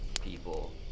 people